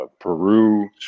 Peru